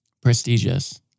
prestigious